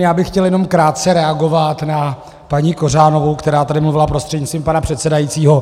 Já bych chtěl jenom krátce reagovat na paní Kořánovou , která tady mluvila prostřednictvím pana předsedajícího.